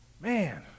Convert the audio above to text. Man